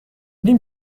نیم